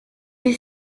est